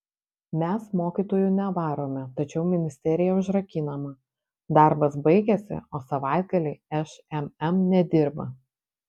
mes mokytojų nevarome tačiau ministerija užrakinama darbas baigėsi o savaitgalį šmm nedirba